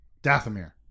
Dathomir